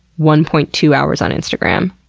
one point two hours on instagram.